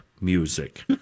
music